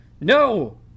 No